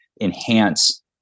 enhance